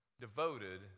devoted